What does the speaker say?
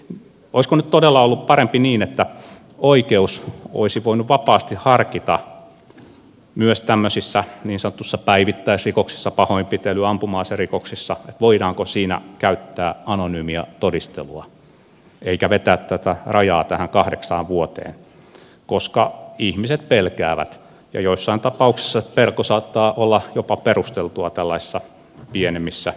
olisiko nyt todella ollut parempi niin että oikeus olisi voinut vapaasti harkita myös tämmöisissä niin sanotuissa päivittäisrikoksissa pahoinpitely ja ampuma aserikoksissa sitä voidaanko siinä käyttää anonyymiä todistelua eikä vetää tätä rajaa tähän kahdeksaan vuoteen koska ihmiset pelkäävät ja joissain tapauksissa pelko saattaa olla jopa perusteltua tällaisissa pienemmissä rikoksissa